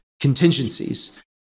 contingencies